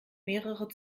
mehrere